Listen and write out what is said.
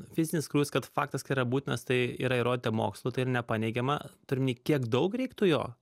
fizinis krūvis kad faktas kad yra būtinas tai yra įrodyta mokslu tai yra nepaneigiama turiu omeny kiek daug reiktų jo